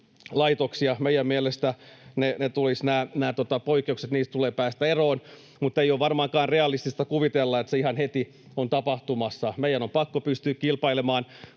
Meidän mielestämme näistä poikkeuksista tulee päästä eroon, mutta ei ole varmaankaan realistista kuvitella, että se ihan heti on tapahtumassa. Meidän on pakko pystyä kilpailemaan